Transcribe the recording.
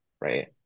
right